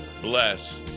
bless